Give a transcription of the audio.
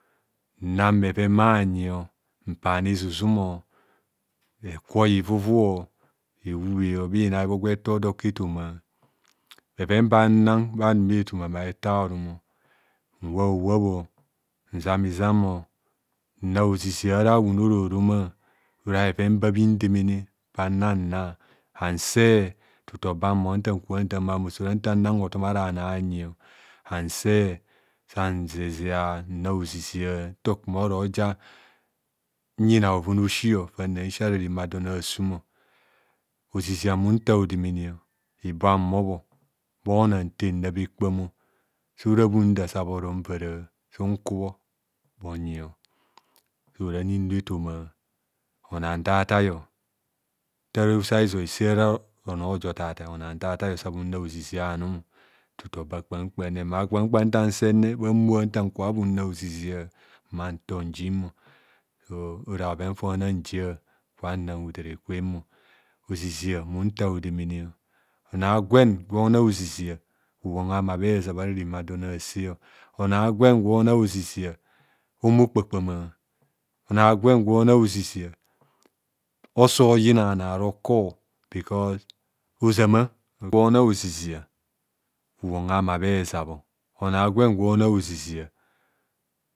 Nnanbheven bhanyio mpana izu zumo ekwoi hivuvuo ehubha bhinai bho gwa ete odor oku efoma bheven banna bha nume toma mabhrta horumo nwa howa bho nzam izamo nna ozizia ara wunoroma roma ora bheven ba bhindemene bannana hanseh tutu oba mum ntan ka ntamo ma oposora nta nna hotom ara bhano anyi hanseh san zizia nna ozizia nti kumo rija nyina bhoven a'osi fannan si ara reme adon asum ozizia munta hi demene ibo hanmobho bhono ante nna bhe kpamo sora bhounda sa bhori nvar shnku bho bhinyio sorani nnu efoma onor hantataio nta roso azii se roro onor han jan ratai san bhinna ozizia anum tutu oba kpam kam ne ma kpam kpam ntan senne bha bhoa ntanka nna ozizia mman tor njimo so ora bhoven da bhona njia nka nna hotere kwemo ozizia munta ho demene onor agwen gwo na ozizia bhuwong ama bhe zabho ara re me adom ase onor agwen gwo na ozizia homo kpa- kpama onor agwen gwona ozizia oso yina bhanor arokor bkos ozama gwona ozizia bhuwong ama bhe zabho onor agwen gwo na ozizia